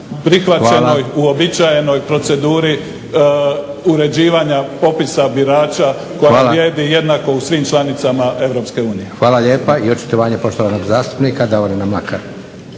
prihvaćenoj, uobičajenoj proceduri uređivanja popisa birača koja vrijedi jednako u svim članicama EU. **Leko, Josip (SDP)** Hvala lijepa. I očitovanje poštovanog zastupnika Davorina Mlakara.